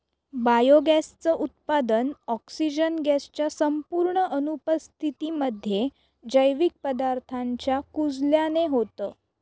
biogas च उत्पादन, oxygen gas च्या संपूर्ण अनुपस्थितीमध्ये, जैविक पदार्थांच्या कुजल्याने होतं